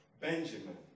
Benjamin